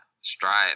strive